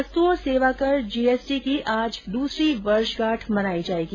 वस्तु और सेवा कर जी एस टी की आज दूसरी वर्षगांठ मनायी जायेगी